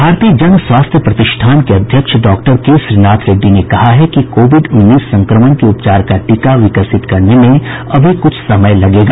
भारतीय जन स्वास्थ्य प्रतिष्ठान के अध्यक्ष डॉक्टर के श्रीनाथ रेड्डी ने कहा है कि कोविड उन्नीस संक्रमण के उपचार का टीका विकसित करने में अभी कुछ समय लगेगा